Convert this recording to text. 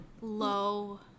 low